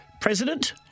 President